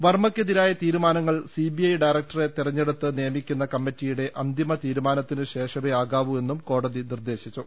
വർമ്മ യ് ക്കെ തി രായാ തീരു മാനങ്ങൾ ഡയറക്ടറെ തെരഞ്ഞെടുത്ത് നിയമിക്കുന്ന കമ്മിറ്റിയുടെ അന്തിമ തീരു മാനത്തിനുശേഷമേ ആകാവൂ എന്നും കോടതി നിർദ്ദേശിച്ചു